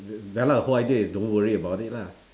ya lah whole idea is don't worry about it lah